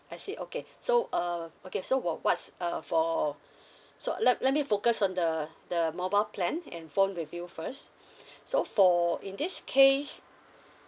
I see okay so uh okay so wha~ what's uh for so let let me focus on the the mobile plan and phone with you first so for in this case